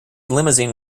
limousine